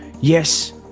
yes